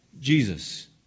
Jesus